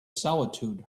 solitude